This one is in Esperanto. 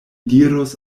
diros